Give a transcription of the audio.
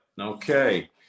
Okay